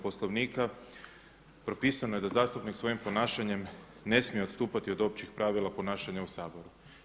Poslovnika propisano je da zastupnik svojim ponašanjem ne smije odstupati od općih pravila ponašanja u Saboru.